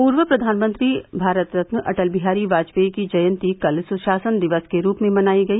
पूर्व प्रधानमंत्री भारतरल अटल बिहारी वाजपेयी की जयंती कल सुशासन दिवस के रूप में मनाई गई